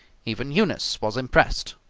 even eunice was impressed.